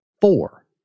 four